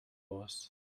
was